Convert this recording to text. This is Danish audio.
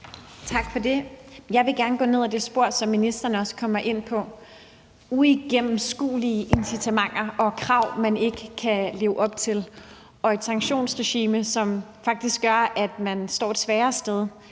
Tak for det. Jeg vil gerne gå ned ad det spor, som ministeren også kommer ind på, nemlig det med uigennemskuelige incitamenter og krav, man ikke kan leve op til, og et sanktionsregime, som faktisk gør, at man måske står et svagere sted,